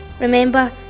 Remember